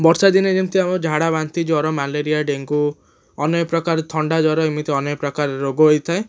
ବର୍ଷାଦିନେ ଯେମିତି ଆମର ଝାଡ଼ା ବାନ୍ତି ଜ୍ୱର ମ୍ୟାଲେରିଆ ଡେଙ୍ଗୁ ଅନେକପ୍ରକାର ଥଣ୍ଡା ଜ୍ୱର ଏମତି ଅନେକପ୍ରକାର ରୋଗ ହୋଇଥାଏ